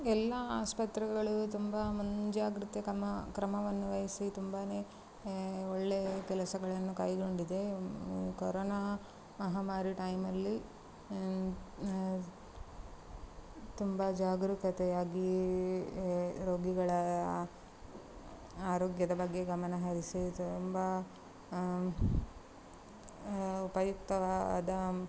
ಎಲ್ಲಾ ಆಸ್ಪತ್ರೆಗಳು ತುಂಬ ಮುಂಜಾಗ್ರತೆ ಕಮ ಕ್ರಮವನ್ನು ವಹಿಸಿ ತುಂಬಾ ಒಳ್ಳೇ ಕೆಲಸಗಳನ್ನು ಕೈಗೊಂಡಿದೆ ಕರೋನಾ ಮಹಾಮಾರಿ ಟೈಮಲ್ಲಿ ತುಂಬ ಜಾಗರೂಕತೆ ಆಗೀ ರೋಗಿಗಳಾ ಆರೋಗ್ಯದ ಬಗ್ಗೆ ಗಮನಹರಿಸಿ ತುಂಬಾ ಉಪಯುಕ್ತವಾದ